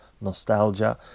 nostalgia